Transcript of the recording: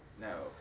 no